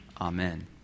Amen